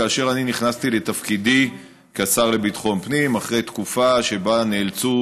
כאשר אני נכנסתי לתפקידי כשר לביטחון פנים אחרי תקופה שבה נאלצו